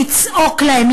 לצעוק להם,